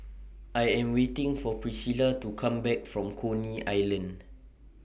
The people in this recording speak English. I Am waiting For Pricilla to Come Back from Coney Island